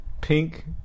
pink